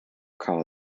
call